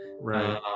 right